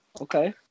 Okay